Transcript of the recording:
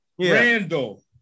Randall